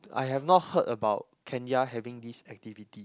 I have not heard about Kenya having this activity